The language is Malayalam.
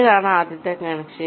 ഇതാണ് ആദ്യത്തെ കണക്ഷൻ